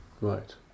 Right